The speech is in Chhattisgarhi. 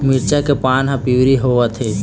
मिरचा के पान हर पिवरी होवथे?